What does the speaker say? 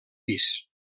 pis